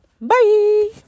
Bye